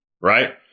right